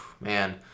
man